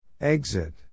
Exit